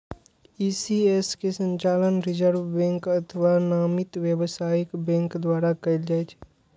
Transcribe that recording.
ECS के संचालन reserve bank अथवा नामित व्यावसायिक बैंक द्वारा कैल जाइ छै